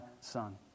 son